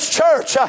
church